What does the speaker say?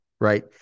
right